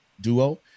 duo